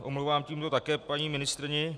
Omlouvám tímto také paní ministryni.